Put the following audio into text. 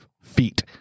feet